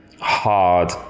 hard